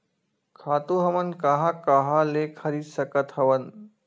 खातु हमन कहां कहा ले खरीद सकत हवन?